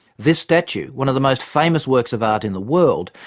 this statue, one of the most famous works of art in the world,